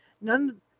None